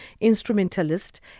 instrumentalist